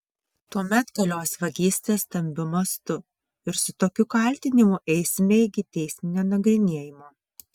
tuomet galios vagystė stambiu mastu ir su tokiu kaltinimu eisime iki teisminio nagrinėjimo